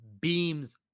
beams